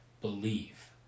believe